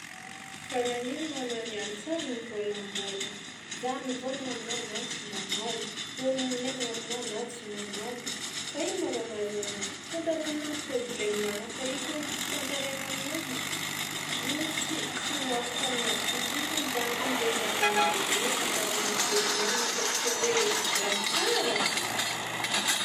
Fa nagnino moa anà niany tsy ary nivôlambôlagna? Za mivôlagna aminà anà tsy mamaly, ôlo minainana aminà anà tsy mamaly, fa ino moa raha mahazo anà? Tantara aminahy problème anà fa i koa k- tsy tantaraina aminaha, io tsy tsy ho afaka aminà, izy io kony zany koa le ilagna namagna itantaragna problème fa tsy ke hoe raha tsara fao.